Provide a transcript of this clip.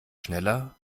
schneller